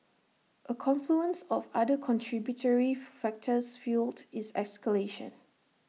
A confluence of other contributory factors fuelled its escalation